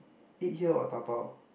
eat here or dabao